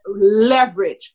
leverage